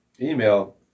email